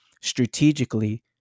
strategically